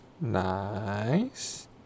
Nice